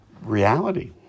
reality